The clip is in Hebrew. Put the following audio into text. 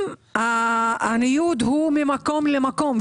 אם הניוד הוא ממקום למקום,